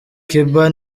kiba